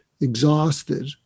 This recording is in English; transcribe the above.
exhausted